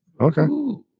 Okay